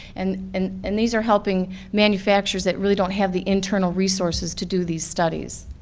and and and these are helping manufacturers that really don't have the internal resources to do these studies.